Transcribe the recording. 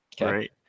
right